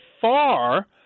far –